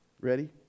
Ready